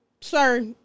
Sir